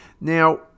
Now